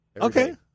Okay